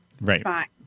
right